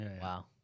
Wow